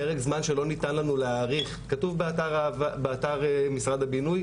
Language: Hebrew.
פרק זמן שלא ניתן לנו להאריך כתוב באתר משרד הבינוי,